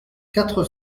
quatre